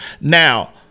now